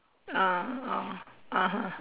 ah oh (uh huh)